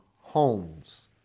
homes